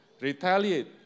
Retaliate